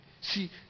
See